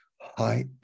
height